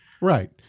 Right